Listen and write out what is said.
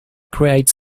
create